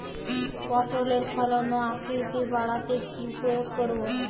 পটলের ফলন ও আকৃতি বাড়াতে কি প্রয়োগ করব?